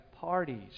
parties